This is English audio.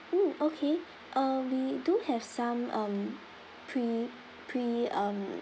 mm okay uh we do have some um pre pre um